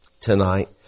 tonight